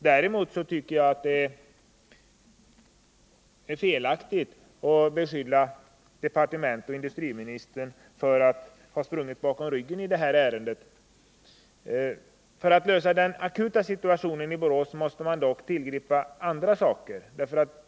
Däremot tycker jag det är felaktigt att beskylla departementet och industriministern för att ha sprungit bakom ryggen på någon i detta ärende. Skall man lösa den akuta situationen i Borås måste man dock tillgripa andra medel.